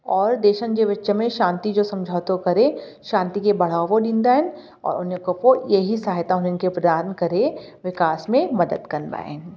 और देशनि जे विच में शांति जो समुझोतो करे शांति खे बढ़ावो ॾींदा आहिनि और हुन खां पोइ इअं ई सहायता उन्हनि खे प्रदान करे विकास में मदद कंदा आहिनि